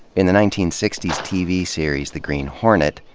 in the nineteen sixty s tv series the green hornet,